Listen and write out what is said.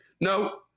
No